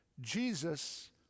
Jesus